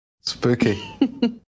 Spooky